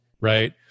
right